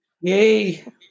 Yay